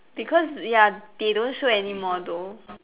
because ya they don't show anymore though